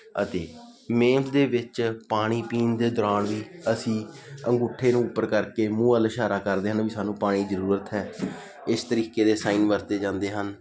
ਅਤੇ ਮਿਹਨਤ ਦੇ ਵਿੱਚ ਪਾਣੀ ਪੀਣ ਦੇ ਦੌਰਾਨ ਵੀ ਅਸੀਂ ਅੰਗੂਠੇ ਨੂੰ ਉੱਪਰ ਕਰਕੇ ਮੂੰਹ ਵੱਲ ਇਸ਼ਾਰਾ ਕਰਦੇ ਹਨ ਵੀ ਸਾਨੂੰ ਪਾਣੀ ਜ਼ਰੂਰਤ ਹੈ ਇਸ ਤਰੀਕੇ ਦੇ ਸਾਈਨ ਵਰਦੇ ਜਾਂਦੇ ਹਨ